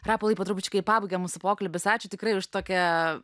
rapolai po trupučiuką į pabaigą mūsų pokalbis ačiū tikrai už tokią